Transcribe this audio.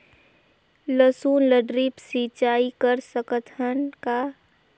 लसुन ल ड्रिप सिंचाई कर सकत हन का?